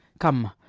come,